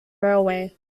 railway